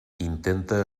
intenta